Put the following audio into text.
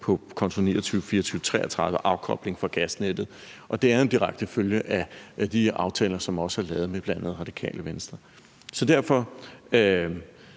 og i § 29.24.33, altså afkobling fra gasnettet. Det er en direkte følge af de aftaler, som også er lavet med bl.a. Radikale Venstre. Så derfor